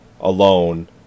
alone